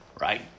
right